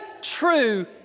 true